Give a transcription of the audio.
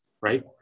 right